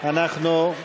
אנחנו ממשיכים.